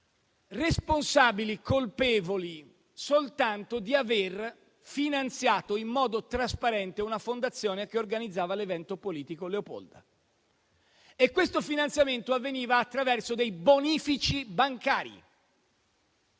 responsabili, colpevoli soltanto di aver finanziato in modo trasparente una fondazione che organizzava l'evento politico Leopolda. Questo finanziamento avveniva attraverso dei bonifici bancari;